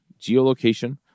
geolocation